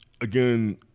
again